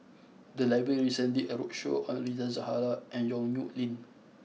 the library recently did a roadshow on Rita Zahara and Yong Nyuk Lin